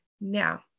Now